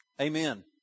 Amen